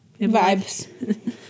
Vibes